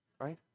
right